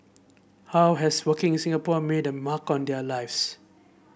how has working in Singapore a made a mark on their lives